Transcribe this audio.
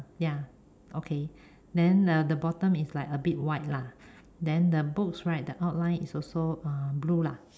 ya okay then uh the bottom is like a bit white lah then the books right the outline is also uh blue lah